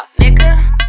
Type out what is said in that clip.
nigga